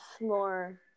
more